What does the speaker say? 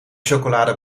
chocolade